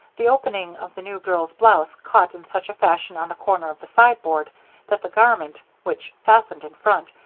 the opening of the new girl's blouse caught in such a fashion on the corner of the sideboard that the garment, which fastened in front,